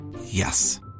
Yes